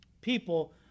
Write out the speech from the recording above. people